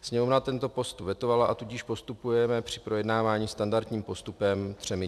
Sněmovna tento postup vetovala, tudíž postupujeme při projednávání standardním postupem třemi čteními.